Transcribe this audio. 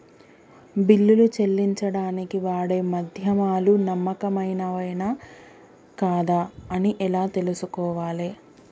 బిల్లులు చెల్లించడానికి వాడే మాధ్యమాలు నమ్మకమైనవేనా కాదా అని ఎలా తెలుసుకోవాలే?